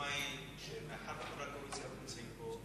ההסכמה היא שמאחר שחברי הקואליציה לא נמצאים פה,